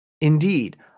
Indeed